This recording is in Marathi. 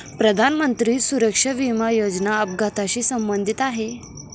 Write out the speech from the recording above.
प्रधानमंत्री सुरक्षा विमा योजना अपघाताशी संबंधित आहे